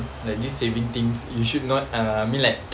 like this saving things you should not and I mean like